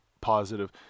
positive